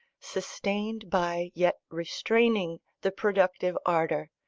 sustained by yet restraining the productive ardour,